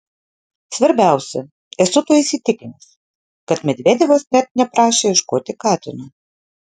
svarbiausia esu tuo įsitikinęs kad medvedevas net neprašė ieškoti katino